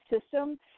system